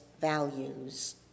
values